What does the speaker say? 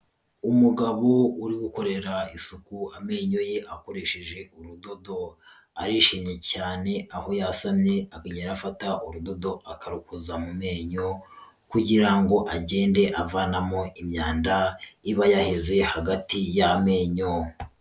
Umugabo uri gukorera isuku amenyo ye akoresheje urudodo, arishimye cyane aho yasamye akajya arafata urudodo akarukoza mu menyo kugira ngo agende avanamo imyanda iba yaheze hagati y'amenyo.